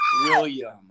William